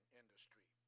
industry